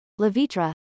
Levitra